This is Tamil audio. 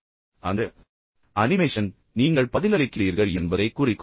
எனவே அந்த அனிமேஷன் நீங்கள் பதிலளிக்கிறீர்கள் என்பதைக் குறிக்கும்